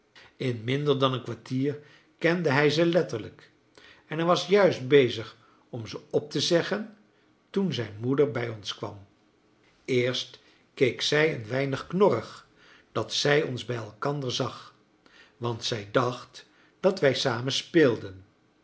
in minder dan een kwartier kende hij ze letterlijk en hij was juist bezig om ze op te zeggen toen zijn moeder bij ons kwam eerst keek zij een weinig knorrig dat zij ons bij elkander zag want zij dacht dat wij samen speelden